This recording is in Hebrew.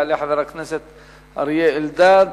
יעלה חבר הכנסת אריה אלדד,